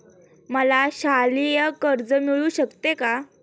मला शालेय कर्ज मिळू शकते का?